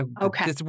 Okay